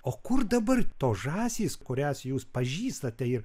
o kur dabar tos žąsys kurias jūs pažįstate ir